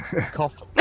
cough